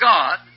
God